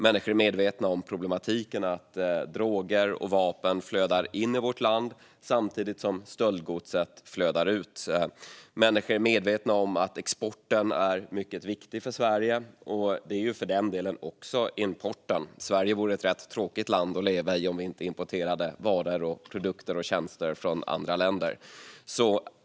Människor är medvetna om problematiken - att droger och vapen flödar in i vårt land samtidigt som stöldgodset flödar ut. Människor är även medvetna om att exporten är mycket viktig för Sverige. Det är ju för den delen också importen; Sverige vore ett rätt tråkigt land att leva i om vi inte importerade varor, produkter och tjänster från andra länder.